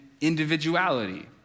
individuality